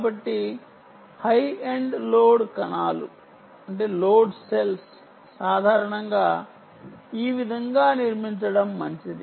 కాబట్టి high end load కణాలు సాధారణంగా ఈ విధంగా నిర్మించబడటం మంచిది